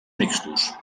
mixtos